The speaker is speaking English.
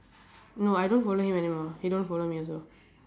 no I don't follow him anymore he don't follow me also